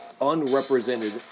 unrepresented